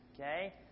Okay